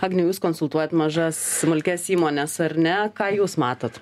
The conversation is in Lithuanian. agniau jūs konsultuojat mažas smulkias įmones ar ne ką jūs matot